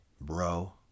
bro